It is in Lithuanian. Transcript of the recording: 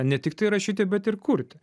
ne tiktai rašyti bet ir kurti